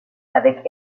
avec